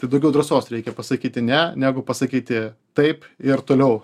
tai daugiau drąsos reikia pasakyti ne negu pasakyti taip ir toliau